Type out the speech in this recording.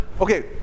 okay